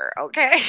okay